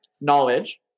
knowledge